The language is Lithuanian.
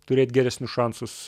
turėt geresnius šansus